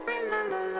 Remember